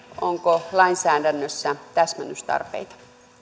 onko lainsäädännössä täsmennystarpeita